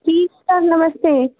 ठीक है सर नमस्ते